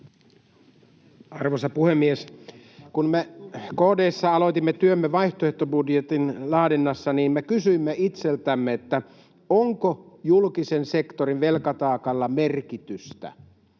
Arvoisa puhemies! Kun me KD:ssä aloitimme työmme vaihtoehtobudjetin laadinnassa, niin me kysyimme itseltämme, onko julkisen sektorin velkataakalla merkitystä.